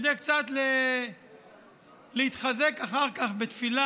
כדי להתחזק קצת אחר כך בתפילה,